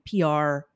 PR